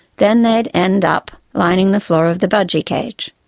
then they'd end up lining the floor of the budgie cage.